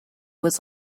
was